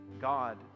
God